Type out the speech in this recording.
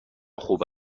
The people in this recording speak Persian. خوب